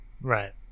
Right